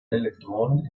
elektronen